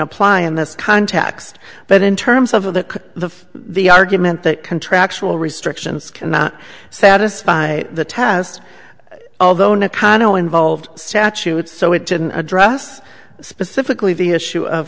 apply in this context but in terms of the the argument that contractual restrictions can not satisfy the test although in a condo involved statute so it didn't address specifically the issue of